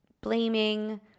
blaming